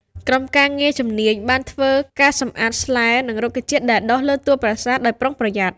ក្រុមការងារជំនាញបានធ្វើការសម្អាតស្លែ និងរុក្ខជាតិដែលដុះលើតួប្រាសាទដោយប្រុងប្រយ័ត្ន។